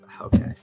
okay